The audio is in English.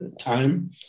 time